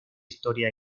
historia